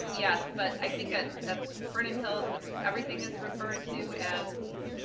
yes, but i think at at vernon hills everything is referred to as.